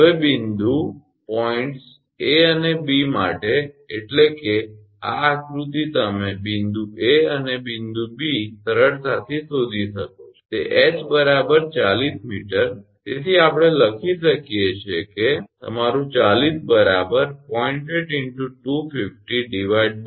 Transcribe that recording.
હવે બિંદુપોઇન્ટ 𝐴 અને 𝐵 માટે એટલે કે આ આકૃતિ તમે બિંદુ 𝐴 અને બિંદુ 𝐵 સરળતાથી શોધી શકો છો તે ℎ 40 𝑚 તેથી આપણે લખી શકીએ છીએ કે તમારું 40 0